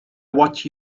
what